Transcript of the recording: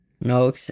No